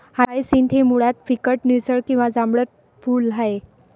hyacinth हे मुळात फिकट निळसर किंवा जांभळट फूल आहे